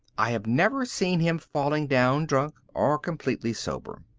i have never seen him falling down drunk or completely sober.